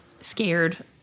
scared